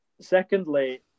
Secondly